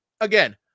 again